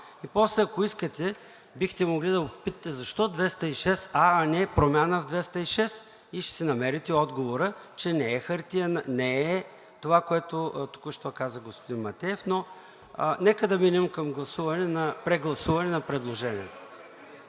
После, ако искате, бихте могли да попитате: защо чл. 206а, а не промяна в чл. 206, и ще си намерите отговора, че не е това, което току-що каза господин Матеев. Нека обаче преминем към прегласуване на предложението.